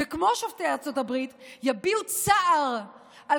וכמו שופטי ארצות הברית יביעו צער על